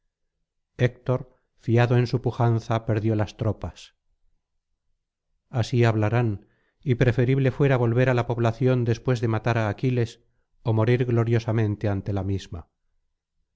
héctor fiado en su pujanza perdió las tropas así hablarán y preferible fuera volver á la población después de matar á aquiles o morir gloriosamente ante la misma